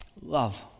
Love